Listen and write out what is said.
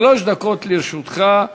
שלוש דקות לרשותך.